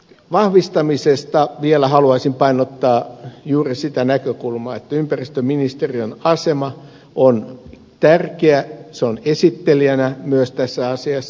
vahvistamisesta vielä haluaisin painottaa juuri sitä näkökulmaa että ympäristöministeriön asema on tärkeä se on esittelijänä myös tässä asiassa